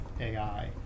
AI